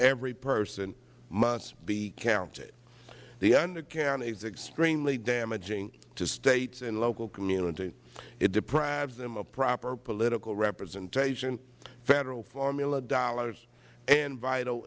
every person must be counted the undercount is extremely damaging to states and local communities it deprives them of proper political representation federal formula dollars and vital